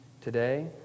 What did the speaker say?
today